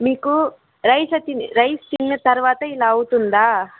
మీకు రైస్ వచ్చింది రైస్ తిన్న తర్వాత ఇలా అవుతుందా